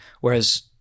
whereas